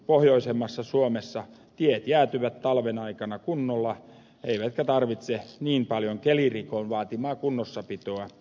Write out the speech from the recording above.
pohjoisemmassa suomessa tiet jäätyvät talven aikana kunnolla eivätkä tarvitse niin paljon kelirikon vaatimaa kunnossapitoa